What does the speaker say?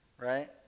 right